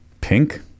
Pink